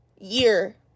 year